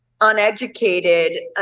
uneducated